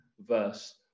verse